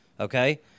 Okay